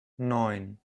neun